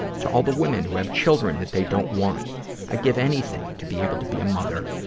to all the women who have children that they don't want i'd give anything to be able to be a mother.